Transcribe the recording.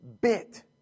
bit